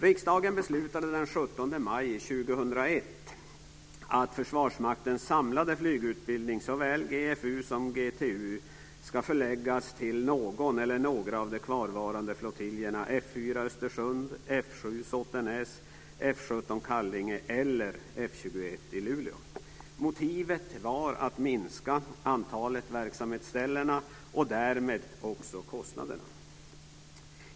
Riksdagen beslutade den 17 maj 2001 GFU som GTU - ska förläggas till någon eller några av de kvarvarande flottiljerna, till F 4 i Östersund, F 7 i Såtenäs, F 17 i Kallinge eller F 21 i Luleå. Motivet var att minska antalet verksamhetsställen och därmed också kostnaderna.